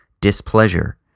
displeasure